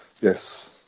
Yes